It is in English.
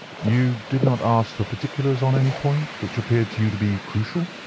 you did not ask for particulars on any point which appeared to you to be crucial?